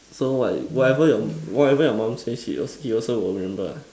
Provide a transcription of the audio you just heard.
so what whatever whatever your mom says she he also will remember ah